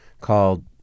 called